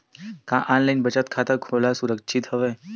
का ऑनलाइन बचत खाता खोला सुरक्षित हवय?